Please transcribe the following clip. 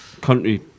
country